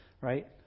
right